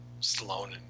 Stallone